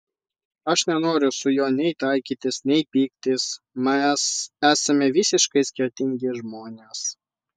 aš nenoriu su juo nei taikytis nei pyktis mes esame visiškai skirtingi žmonės